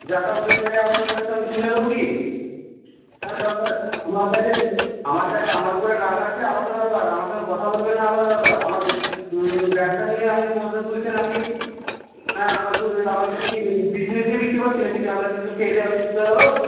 যা তা বলে দিলেই আমার উপরে সে আমি শুনে নেব কি আমার কাছে আমার কাছে আমার উপরে রাগ আছে আলাদা ব্যাপার আমার সঙ্গে কথা বলবেন না আলাদা ব্যাপার আমার ব্যবসা নিয়ে আপনি প্রশ্ন তুলছেন আপনি হ্যাঁ আমার দুধ আমার দুধ কি বিষ মিশিয়ে বিক্রি করছি নাকি যে আপনার শিশু খেয়ে দেয়ে অসুস্থ হয়ে গেলো